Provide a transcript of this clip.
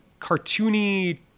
cartoony